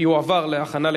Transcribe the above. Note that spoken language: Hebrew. לוועדת החוקה,